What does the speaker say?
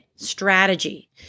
Strategy